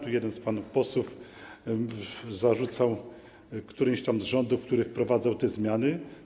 Tu jeden z panów posłów zarzucał któremuś tam z rządów, który wprowadzał te zmiany.